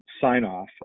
sign-off